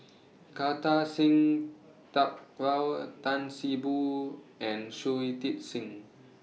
Kartar Singh Thakral Tan See Boo and Shui Tit Sing